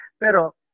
Pero